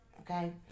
okay